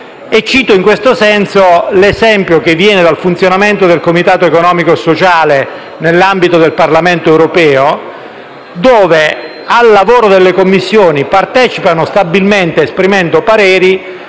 In questo senso, cito l'esempio che viene dal funzionamento dal Comitato economico e sociale nell'ambito del Parlamento europeo, dove al lavoro delle Commissioni partecipano stabilmente, esprimendo pareri,